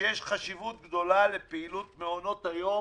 ושיש חשיבות גדולה לפעילות מעונות היום